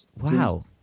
Wow